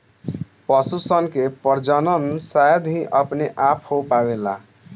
पशु सन के प्रजनन शायद ही अपने आप हो पावेला